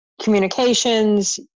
communications